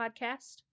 podcast